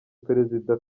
perezida